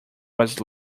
was